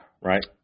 right